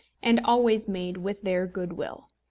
and always made with their good-will.